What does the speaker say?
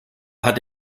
hat